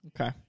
Okay